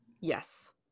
Yes